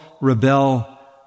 rebel